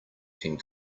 can